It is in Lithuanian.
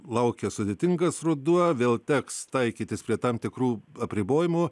laukia sudėtingas ruduo vėl teks taikytis prie tam tikrų apribojimų